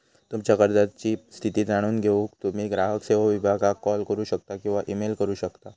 तुमच्यो कर्जाची स्थिती जाणून घेऊक तुम्ही ग्राहक सेवो विभागाक कॉल करू शकता किंवा ईमेल करू शकता